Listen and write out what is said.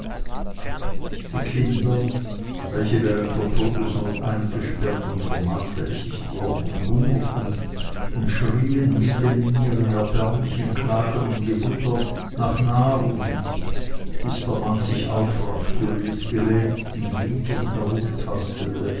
die kinder welche während der todesnot eingesperrt und vernachlässigt worden hungerten und schrieen mitten in ihren erbärmlichen klagen um die mutter nach nahrung bis der mann sich aufraffte und mit gelähmten gliedern